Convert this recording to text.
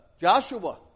Joshua